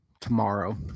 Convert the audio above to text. tomorrow